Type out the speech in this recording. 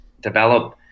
develop